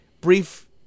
brief